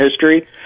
history